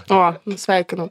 o sveikinu